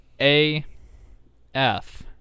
A-F